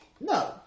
no